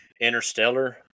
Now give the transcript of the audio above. Interstellar